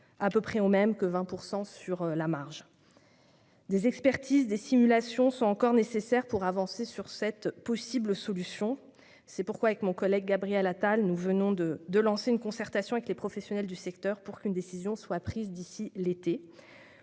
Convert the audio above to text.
un taux de 20 % sur la marge. Des expertises et simulations sont encore nécessaires pour avancer vers cette possibilité. C'est pourquoi, avec Gabriel Attal, nous venons de lancer une concertation avec les professionnels du secteur, pour qu'une décision soit prise avant l'été.